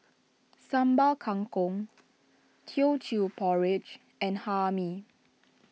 Sambal Kangkong Teochew Porridge and Hae Mee